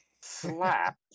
slap